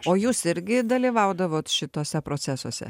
o jūs irgi dalyvaudavot šituose procesuose